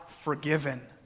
forgiven